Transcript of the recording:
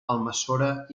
almassora